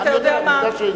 אני יודע, אני יודע שהסכמת.